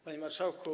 Panie Marszałku!